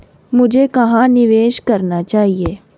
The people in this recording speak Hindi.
मुझे कहां निवेश करना चाहिए?